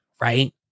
right